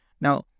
Now